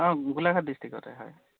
অঁ গোলাঘাট ডিষ্ট্ৰিকতে হয়